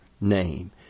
name